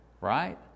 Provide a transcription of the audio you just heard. right